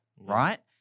right